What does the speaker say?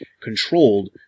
controlled